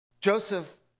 Joseph